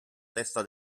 testa